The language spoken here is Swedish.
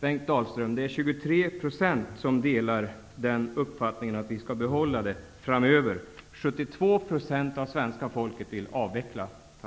Bengt Dalström, det är 23 % som delar uppfattningen att vi skall behålla kärnkraften framöver. 72 % av svenska folket vill avveckla den.